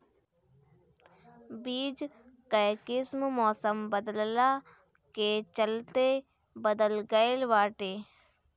बीज कअ किस्म मौसम बदलला के चलते बदल गइल बाटे